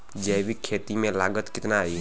जैविक खेती में लागत कितना आई?